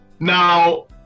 now